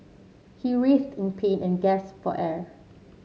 he writhed in pain and gasped for air